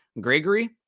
Gregory